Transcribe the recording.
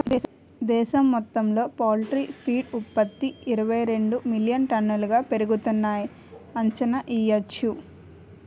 దేశం మొత్తంలో poultry feed ఉత్త్పతి ఇరవైరెండు మిలియన్ టన్నులుగా పెరుగుతున్నాయని అంచనా యెయ్యొచ్చు